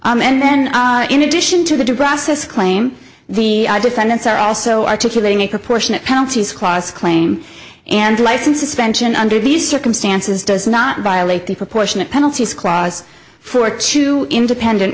um and then in addition to the due process claim the defendants are also articulating a proportionate penalties class claim and license suspension under these circumstances does not violate the proportionate penalties clause for two independent